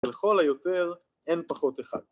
‫ולכל היותר, n פחות אחד.